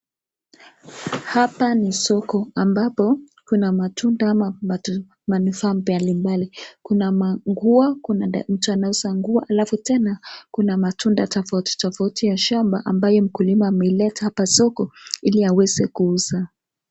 Hapa ni soko ambapo kuna matunda ama manufaa mbali mbali, kuna manguo kuna mtu anauza nguo alafu tena kuna matunda tofauti tofauti ya shamba ambayo mkulima ameileta hapa soko ili aweze kuuza.